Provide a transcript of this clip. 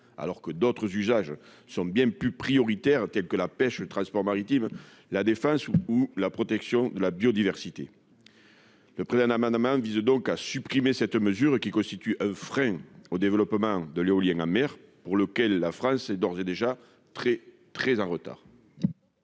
alors que d'autres usages sont bien plus prioritaires tels que la pêche, le transport maritime, la défense ou la protection de la biodiversité, le prix d'un amendement vise donc à supprimer cette mesure, qui constitue un frein au développement de l'éolien en mer pour lequel la France est d'ores et déjà très très en retard.